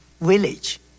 village